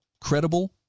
credible